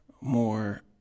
more